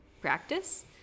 practice